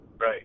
Right